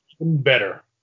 Better